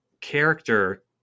character